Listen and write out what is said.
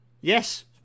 Yes